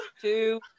two